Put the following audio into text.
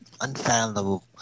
unfathomable